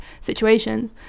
situations